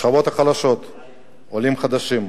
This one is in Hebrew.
בשכבות החלשות ובעולים חדשים.